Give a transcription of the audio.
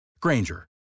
Granger